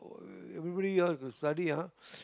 everybody else to study ah